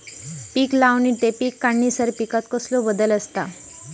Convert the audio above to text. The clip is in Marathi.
पीक लावणी ते पीक काढीसर पिकांत कसलो बदल दिसता?